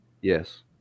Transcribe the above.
Yes